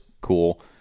cool